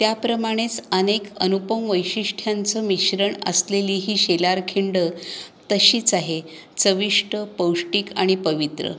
त्याप्रमाणेच अनेक अनुपम वैशिष्ट्यांचं मिश्रण असलेली ही शेलारखिंड तशीच आहे चविष्ट पौष्टिक आणि पवित्र